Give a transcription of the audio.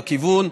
בכיוון,